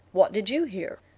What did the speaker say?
what did you hear?